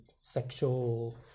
sexual